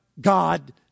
God